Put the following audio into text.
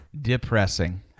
depressing